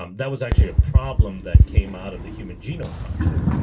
um that was actually a problem that came out of the human genome project.